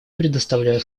предоставляю